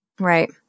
Right